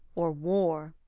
or war